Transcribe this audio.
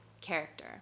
character